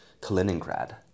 kaliningrad